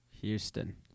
Houston